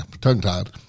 tongue-tied